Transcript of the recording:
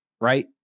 right